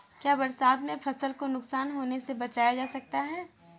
क्या बरसात में फसल को नुकसान होने से बचाया जा सकता है?